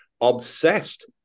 obsessed